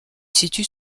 situe